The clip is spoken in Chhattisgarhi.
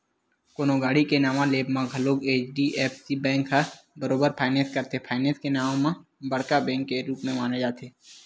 कोनो गाड़ी के नवा लेवब म घलोक एच.डी.एफ.सी बेंक ह बरोबर फायनेंस करथे, फायनेंस के नांव म बड़का बेंक के रुप माने जाथे